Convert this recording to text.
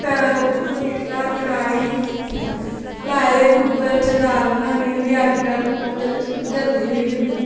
पतीला कड़ाही लाए दे कुकर च दाल बनानी होंदी अज्जकल कुकर च जल्दी होई जंदी